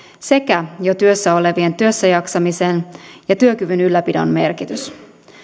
sekä jo työssä olevien työssäjaksamisen ja työkyvyn ylläpidon merkitys